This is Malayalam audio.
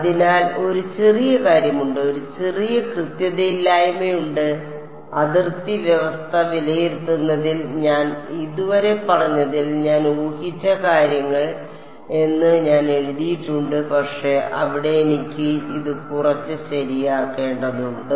അതിനാൽ ഒരു ചെറിയ കാര്യമുണ്ട് ഒരു ചെറിയ കൃത്യതയില്ലായ്മയുണ്ട് അതിർത്തി വ്യവസ്ഥ വിലയിരുത്തുന്നതിൽ ഞാൻ ഇതുവരെ പറഞ്ഞതിൽ ഞാൻ ഊഹിച്ച കാര്യങ്ങൾ എന്ന് ഞാൻ എഴുതിയിട്ടുണ്ട് പക്ഷേ അവിടെ എനിക്ക് ഇത് കുറച്ച് ശരിയാക്കേണ്ടതുണ്ട്